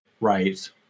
Right